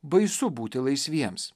baisu būti laisviems